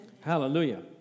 Hallelujah